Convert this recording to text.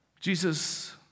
Jesus